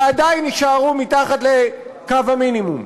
ועדיין יישארו מתחת לקו המינימום,